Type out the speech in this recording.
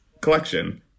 collection